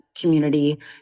community